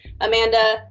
Amanda